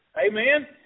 Amen